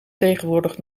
tegenwoordig